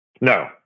no